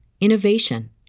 innovation